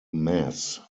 mass